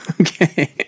Okay